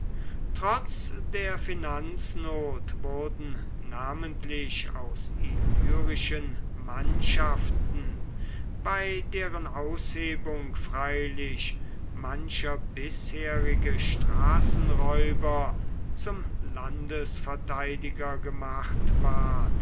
trotz der finanznot wurden namentlich aus illyrischen mannschaften bei deren aushebung freilich mancher bisherige straßenräuber zum landesverteidiger gemacht ward